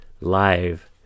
live